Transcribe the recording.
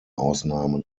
ausnahmen